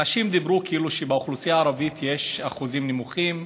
אנשים אמרו כאילו באוכלוסייה הערבית יש אחוזים נמוכים.